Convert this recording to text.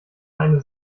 eine